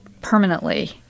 permanently